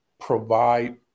provide